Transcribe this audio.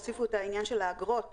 הוסיפו את העניין של האגרות,